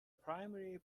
primary